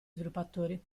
sviluppatori